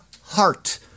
heart